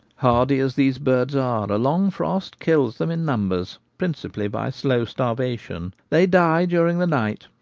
hardy as these birds are, a long frost kills them in numbers, principally by slow starvation. they die during the night,